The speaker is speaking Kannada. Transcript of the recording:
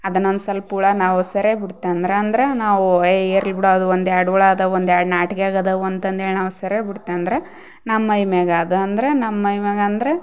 ಅದನ್ನ ಒಂದು ಸಲ್ಪ ಹುಳ ನಾವು ಸರ್ಯಾಗಿ ಬಿಡ್ತಂದರ ಅಂದರ ನಾವು ಏ ಇರ್ಲಿ ಬಿಡೋ ಅದು ಒಂದು ಎರಡು ಹುಳ ಅದಾವು ಒಂದು ಎರಡು ಅದಾವು ನಾವು ಸರ್ಯಾಗಿ ಬಿಡ್ತೆ ಅಂದರ ನಮ್ಮ ಮೈಮ್ಯಾಗ ಅದ ಅಂದರ ನಮ್ಮ ಮೈಮ್ಯಾಗಂದರೆ